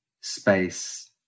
space